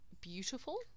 beautiful